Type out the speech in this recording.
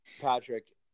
Patrick